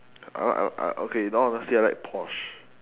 al~ al~ al~ okay now honestly I like porsche